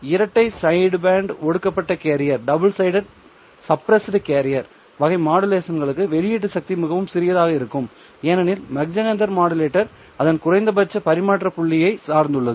இரட்டை சைட்பேண்ட் ஒடுக்கப்பட்ட கேரியர் வகை மாடுலேஷன்களுக்கு வெளியீட்டு சக்தி மிகவும் சிறியதாக இருக்கும் ஏனெனில் மாக் ஜெஹெண்டர் அதன் குறைந்தபட்ச பரிமாற்ற புள்ளியை சார்ந்துள்ளது